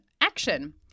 action